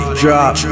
drop